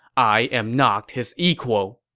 i am not his equal!